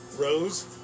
Rose